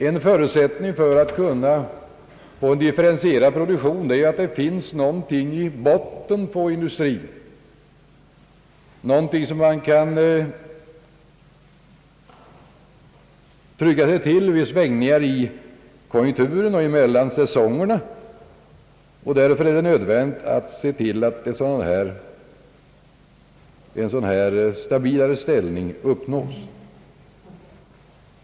En förutsättning för att vi skall kunna hålla en differentierad produktion är att det så att säga i botten inom industrin finns någonting som man kan trygga sig till vid svängningar i konjunkturen och mellan säsongerna. Därför är det nödvändigt att se till att en stabilare ställning uppnås.